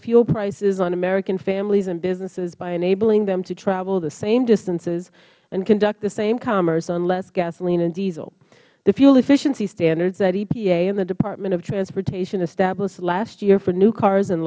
fuel prices on american families and businesses by enabling them to travel the same distances and conduct the same commerce on less gasoline and diesel the fuel efficiency standards that epa and the department of transportation established last year for new cars and